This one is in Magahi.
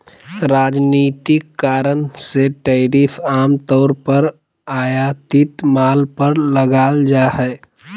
राजनीतिक कारण से टैरिफ आम तौर पर आयातित माल पर लगाल जा हइ